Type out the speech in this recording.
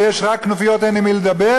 ויש רק כנופיות ואין עם מי לדבר.